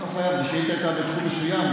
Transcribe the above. השאילתה הייתה בתחום מסוים,